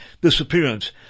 disappearance